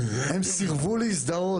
הם סירבו להזדהות.